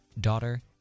daughter